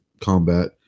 combat